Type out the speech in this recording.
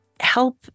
help